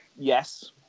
Yes